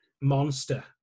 monster